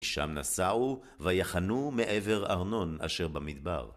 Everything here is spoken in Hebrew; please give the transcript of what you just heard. משם נסעו ויחנו מעבר ארנון אשר במדבר.